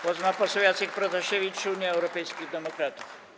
Głos ma poseł Jacek Protasiewicz, Unia Europejskich Demokratów.